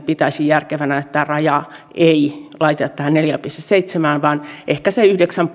pitäisin järkevänä että rajaa ei laiteta tähän neljään pilkku seitsemään vaan ehkä se yhdeksän